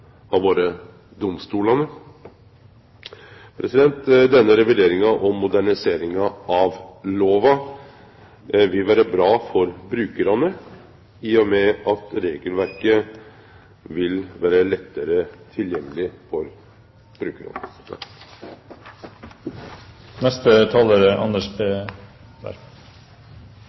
vore domstolane. Denne revideringa og moderniseringa av lova vil vere bra for brukarane, i og med at regelverket vil vere lettare tilgjengeleg for dei. Dette er